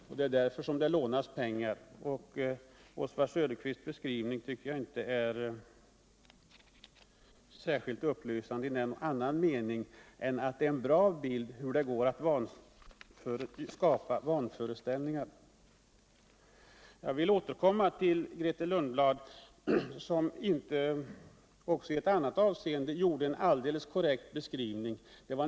Oswald Söderqvists beskrivning tycker jag inte är särskilt upplysande iannan mening än att den ger en bra bild av hur det går att skapa vanföreställningar. Jag vill återkomma till Grethe Lundblad, som också i ett annat avseende gjorde en inte alldeles korrekt beskrivning.